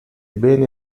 beni